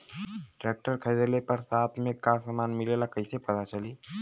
Tractor खरीदले पर साथ में का समान मिलेला कईसे पता चली?